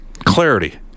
clarity